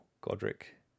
Godric